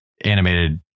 animated